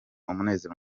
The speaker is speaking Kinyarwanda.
umunezero